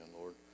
Lord